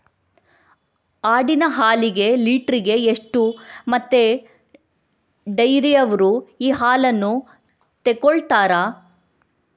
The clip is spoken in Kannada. ಆಡಿನ ಹಾಲಿಗೆ ಲೀಟ್ರಿಗೆ ಎಷ್ಟು ಮತ್ತೆ ಡೈರಿಯವ್ರರು ಈ ಹಾಲನ್ನ ತೆಕೊಳ್ತಾರೆ?